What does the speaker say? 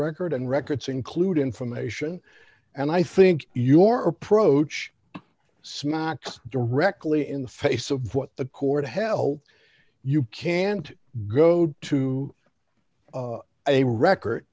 record and records include information and i think your approach smocks directly in the face of what the court held you can't go to a record